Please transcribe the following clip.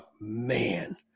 Man